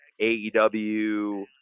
AEW